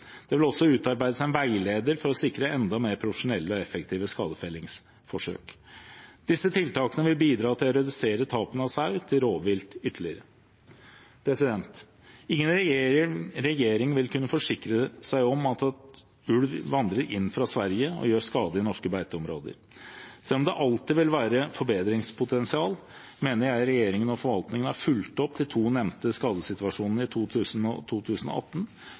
Det vil også utarbeides en veileder for å sikre enda mer profesjonelle og effektive skadefellingsforsøk. Disse tiltakene vil bidra til å redusere tapene av sau til rovvilt ytterligere. Ingen regjering vil kunne forsikre seg mot at ulv vandrer inn fra Sverige og gjør skade i norske beiteområder. Selv om det alltid vil være forbedringspotensial, mener jeg regjeringen og forvaltningen har fulgt opp de to nevnte skadesituasjonene i 2017 og 2018